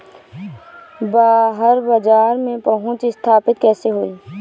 बाहर बाजार में पहुंच स्थापित कैसे होई?